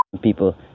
people